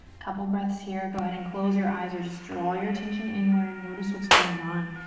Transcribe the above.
couple breaths here, go ahead and close your eyes or just draw your attention inward, notice what's going on.